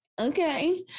okay